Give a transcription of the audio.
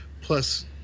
plus